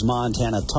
Montana